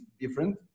different